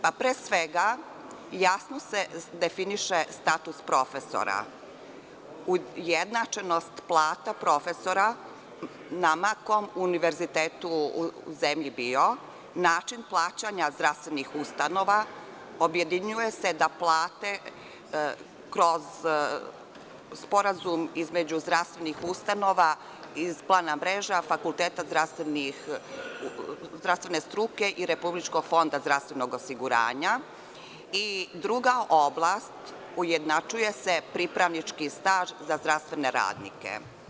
Pre svega, jasno se definiše status profesora, ujednačenost plata profesora na ma kom univerzitetu u zemlji bio, način plaćanja zdravstvenih ustanova, objedinjuje se da plate kroz sporazum između zdravstvenih ustanova iz plana mreža fakulteta zdravstvene struke i RFZO, i druga oblast, ujednačuje se pripravnički staž za zdravstvene radnike.